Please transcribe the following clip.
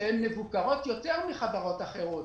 שהן מבוקרות יותר מחברות אחרות.